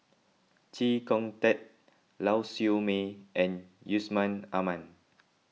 Chee Kong Tet Lau Siew Mei and Yusman Aman